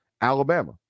Alabama